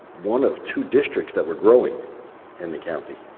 one of two districts that were growing in the county,